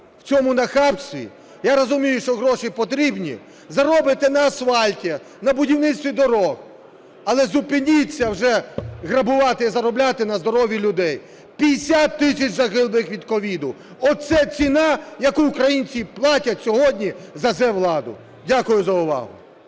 в цьому нахабстві. Я розумію, що гроші потрібні – заробите на асфальті, на будівництві доріг. Але зупиніться вже грабувати і заробляти на здоров'ї людей. П'ятдесят тисяч загиблих від COVID – оце ціна, яку українці платять сьогодні за "Зе-владу". Дякую за увагу.